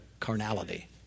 carnality